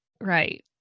right